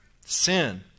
sin